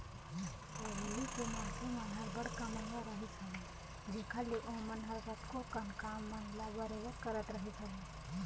पहिली के मनखे मन ह बड़ कमइया रहिस हवय जेखर ले ओमन ह कतको कन काम मन ल बरोबर करत रहिस हवय